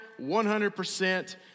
100%